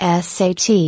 SAT